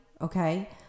Okay